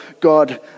God